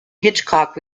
hitchcock